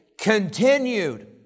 continued